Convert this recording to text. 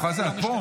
את פה.